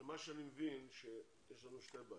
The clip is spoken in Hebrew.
מה שאני מבין הוא שיש לנו שתי בעיות.